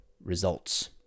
results